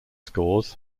scores